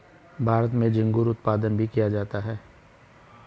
भारत में झींगुर उत्पादन भी किया जाता है